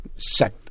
set